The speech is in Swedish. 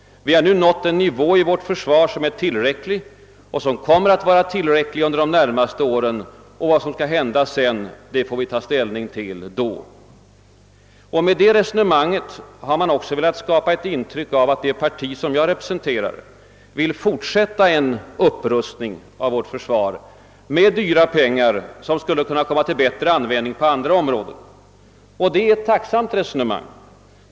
Vi har nått en nivå i vårt försvar som är tillräcklig och som kommer att vara tillräcklig under de närmaste åren, och vad som skall hända sedan får vi ta ställning till då. Med detta resonemang har man också velat skapa ett intryck att det parti som jag representerar vill fortsätta en upprustning av vårt försvar med värdefulla medel som skulle kunna komma till bättre användning på andra områden. Det är ett tacksamt resonemang.